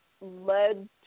led